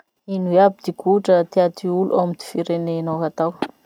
Ino iaby ty kotra tia ty olo ao amy ty firenenao atao?